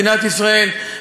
מדינת ישראל,